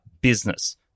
business